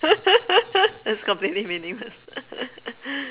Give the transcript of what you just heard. that's completely meaningless